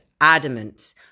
adamant